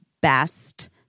best